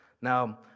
Now